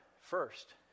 first